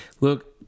Look